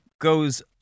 goes